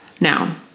Now